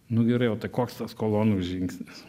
nu gerai o tai koks tas kolonų žingsnis